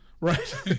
Right